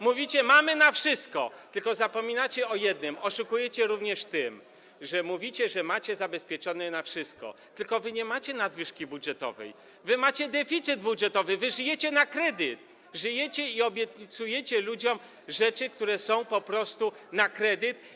Mówicie: mamy na wszystko, tylko zapominacie o jednym - oszukujecie również tym, że mówicie, że macie zabezpieczone środki na wszystko, tylko że wy nie macie nadwyżki budżetowej, wy macie deficyt budżetowy, wy żyjecie na kredyt i obiecujecie ludziom rzeczy, które są po prostu na kredyt.